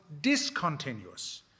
discontinuous